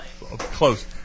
Close